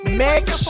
make